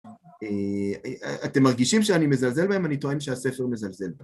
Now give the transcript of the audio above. אתם מרגישים שאני מזלזל בהם, אני טוען שהספר מזלזל בהם.